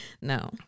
No